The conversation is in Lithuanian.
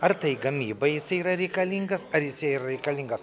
ar tai gamybai jisai yra reikalingas ar jisai yra reikalingas